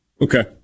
okay